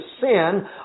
sin